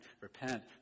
repent